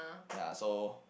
ya so